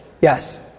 Yes